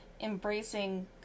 embracing